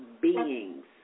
beings